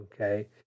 okay